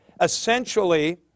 Essentially